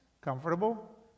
comfortable